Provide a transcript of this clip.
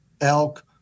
elk